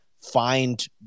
find